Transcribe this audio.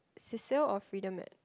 Cecil or Freedom at